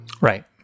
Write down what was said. Right